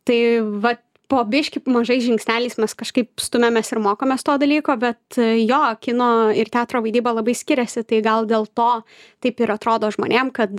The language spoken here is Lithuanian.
tai va po biškį mažais žingsneliais mes kažkaip stumiamės ir mokomės to dalyko bet jo kino ir teatro vaidyba labai skiriasi tai gal dėl to taip ir atrodo žmonėm kad